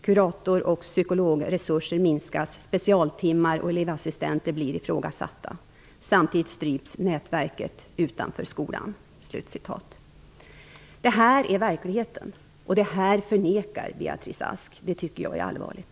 Kurator och psykologresurser minskas. Speciallärartimmar och elevassistenter blir ifrågasatta. Samtidigt stryps nätverket utanför skolan.'' Det här är verkligheten, och den förnekar Beatrice Ask. Det tycker jag är allvarligt.